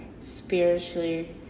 spiritually